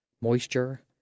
Moisture